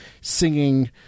singing